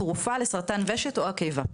תרופה לסרטן הוושט או הקיבה.